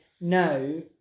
No